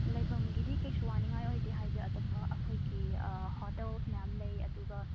ꯂꯩꯚꯝꯒꯤꯗꯤ ꯀꯩꯁꯨ ꯋꯥꯅꯤꯡꯉꯥꯏ ꯑꯣꯏꯗꯦ ꯍꯥꯏꯗꯤ ꯑꯇꯣꯞꯄ ꯑꯩꯈꯣꯏꯒꯤ ꯍꯣꯇꯦꯜ ꯃꯌꯥꯝ ꯂꯩ ꯑꯗꯨꯒ